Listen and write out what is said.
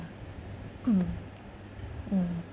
mm mm